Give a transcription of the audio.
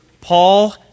Paul